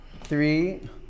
three